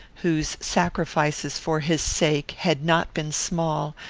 whose sacrifices for his sake had not been small,